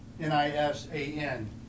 N-I-S-A-N